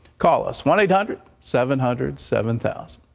call us one eight hundred seven hundred seven thousand.